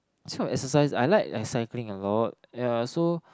this kind of exercise I like like cycling a lot yeah so